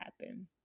happen